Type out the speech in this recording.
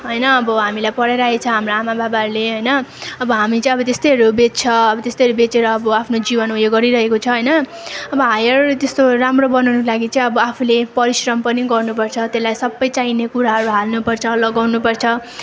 होइन अब हामीलाई पढाई राखेको छ होइन हाम्रो आमा बाबाहरूले होइन अब हामी चाहिँ त्यस्तैहरू बेच्छ अब त्यस्तैहरू बेचेर अब आफ्नो जीवन उयो गरिरेहेको छ होइन अब हायर त्यस्तो राम्रो बनाउनको लागि चाहिँ आफूले परिश्रम पनि गर्नुपर्छ त्यसलाई सबै चाहिने कुराहरू हाल्नु पर्छ लगाउनु पर्छ